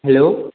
hello